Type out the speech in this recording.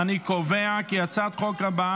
אני חוזר --- סליחה,